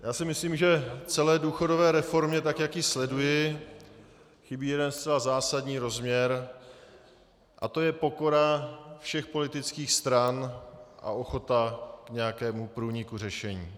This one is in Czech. Já si myslím, že celé důchodové reformě, tak jak ji sleduji, chybí jeden zcela zásadní rozměr, a to je pokora všech politických stran a ochota k nějakému průniku řešení.